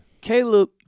Caleb